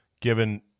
given